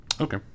Okay